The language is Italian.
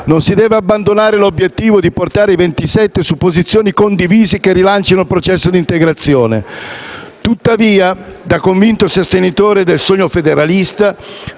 non si deve abbandonare l'obiettivo di portare i 27 su posizioni condivise, che rilancino il processo di integrazione. Tuttavia, da convinto sostenitore del sogno federalista,